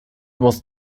was